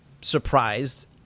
surprised